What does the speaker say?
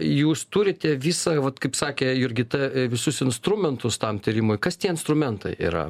jūs turite visą vat kaip sakė jurgita visus instrumentus tam tyrimui kas tie instrumentai yra